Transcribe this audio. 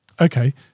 okay